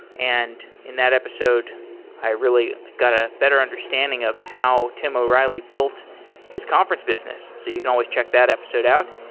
and in that episode i really got a better understanding of how tim o'reilly built his conference business. so you can always check that episode out.